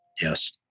Yes